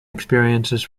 experiences